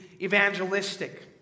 evangelistic